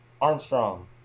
Armstrong